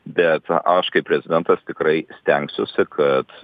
bet aš kaip prezidentas tikrai stengsiuosi kad